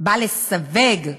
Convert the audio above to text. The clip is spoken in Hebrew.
בא לסווג,